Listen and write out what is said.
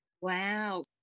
Wow